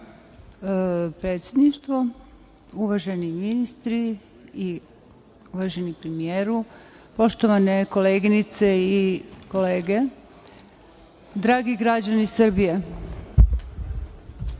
predsedništvo, uvaženi ministri i uvaženi premijeru, poštovane koleginice i kolege, dragi građani Srbije. Držaću